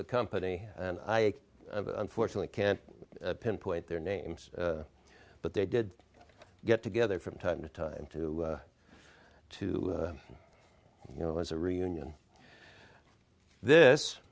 the company and i fortunately can't pinpoint their names but they did get together from time to time to to you know as a reunion this